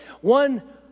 one